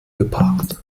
geparkt